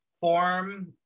form